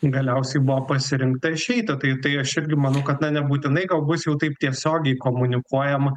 galiausiai buvo pasirinkta išeiti tai tai aš irgi manau kad na nebūtinai gal bus jau taip tiesiogiai komunikuojama